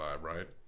right